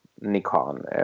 Nikon